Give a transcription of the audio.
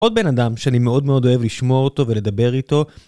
עוד בן אדם שאני מאוד מאוד אוהב לשמוע אותו ולדבר איתו.